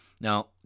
Now